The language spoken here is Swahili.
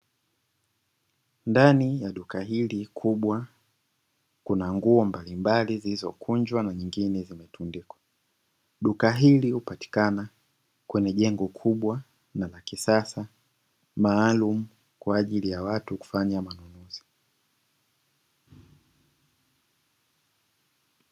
Ndani ya duka hili kubwa kuna nguo mbalimbali zilizokunjwa na nyingine zimetundikwa. Duka hili hupatikana kwenye jengo kubwa na la kisasa, maalumu kwa ajili ya watu kufanya manunuzi.